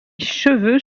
cheveux